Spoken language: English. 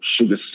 sugar